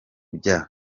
bya